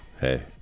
Hey